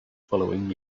following